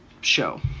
show